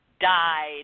died